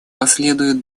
последуют